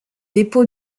dépôt